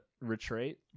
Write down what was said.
retreat